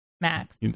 Max